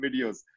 videos